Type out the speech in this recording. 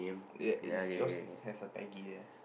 ya is yours has a peggy there